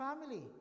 family